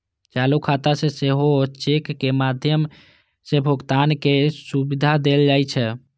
चालू खाता मे सेहो चेकक माध्यम सं भुगतानक सुविधा देल जाइ छै